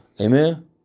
Amen